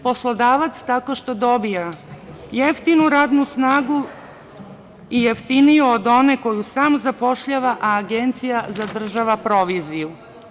Poslodavac, tako što dobija jeftinu radnu snagu i jeftiniju od one koju sam zapošljava, a agencija zadržava proviziju.